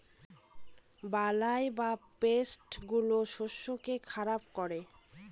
বালাই বা পেস্ট গুলো শস্যকে খারাপ করে